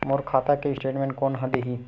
मोर खाता के स्टेटमेंट कोन ह देही?